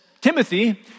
Timothy